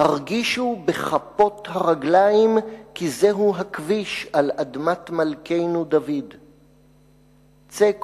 הרגישו בכפות הרגליים כי זהו הכביש על אדמת מלכנו דוד!/ צא,